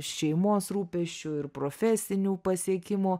šeimos rūpesčių ir profesinių pasiekimų